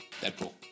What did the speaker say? Deadpool